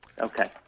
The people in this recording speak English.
okay